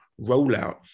rollout